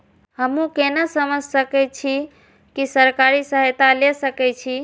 हमू केना समझ सके छी की सरकारी सहायता ले सके छी?